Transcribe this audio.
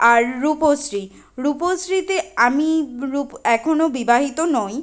আর রূপশ্রী রূপশ্রীতে আমি রূ এখনো বিবাহিত নই